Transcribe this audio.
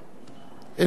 הנה,